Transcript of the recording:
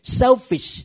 selfish